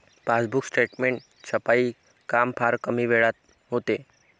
passbook statement छपाईचे काम फार कमी वेळात होते